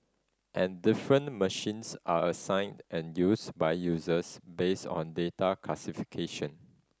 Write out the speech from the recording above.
and different machines are assigned and used by users based on data classification